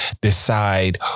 decide